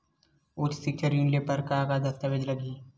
उच्च सिक्छा ऋण ले बर का का दस्तावेज लगही?